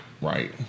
Right